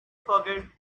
forget